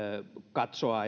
katsoa